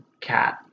cat